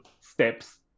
steps